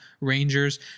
Rangers